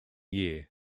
year